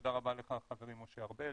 תודה רבה חברי משה ארבל,